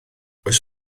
oes